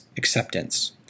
acceptance